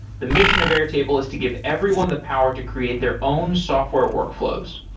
the mission of airtable is to give everyone the power to create their own software workflows,